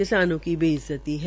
किसानों की बे इज्जती है